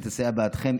תסייע בעדכם,